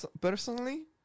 personally